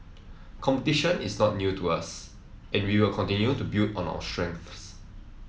competition is not new to us and we will continue to build on our strengths